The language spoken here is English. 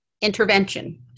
intervention